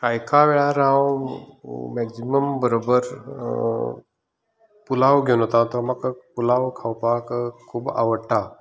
हायका वेळार हांव मेक्जिमम बरोबर पुलाव घेवन वता तो म्हाका पुलाव खावपाक खूब आवडटा